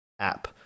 app